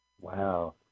Wow